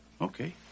Okay